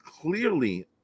clearly